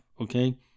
okay